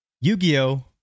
Yu-Gi-Oh